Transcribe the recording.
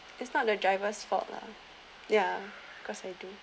it's not the driver's fault lah ya cause I do